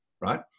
right